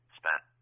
spent